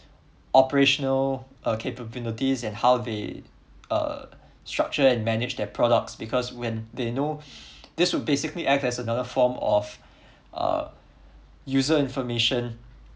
operational uh capabilities and how they uh structure and manage their products because when they know this would basically act as another form of uh user information